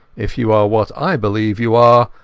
if you are what i believe you are,